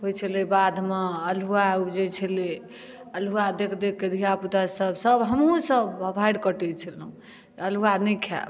होइ छलै बाधमे अल्हुआ उपजै छलै अल्हुआ देख देख कऽ धियापुतासभ सभ हमहूँसभ बप्हारि कटैत छलहुँ अल्हुआ नहि खायब